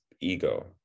ego